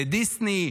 לדיסני,